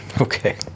Okay